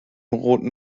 roten